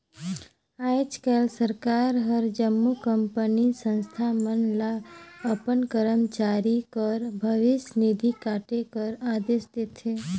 आएज काएल सरकार हर जम्मो कंपनी, संस्था मन ल अपन करमचारी कर भविस निधि काटे कर अदेस देथे